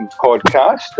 podcast